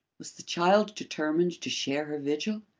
was the child determined to share her vigil?